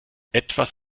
etwas